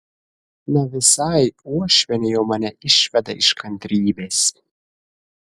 na visai uošvienė jau mane išveda iš kantrybės